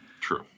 True